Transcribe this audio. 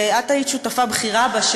שאת היית שותפה בכירה בה,